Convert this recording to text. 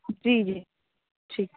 جی جی ٹھیک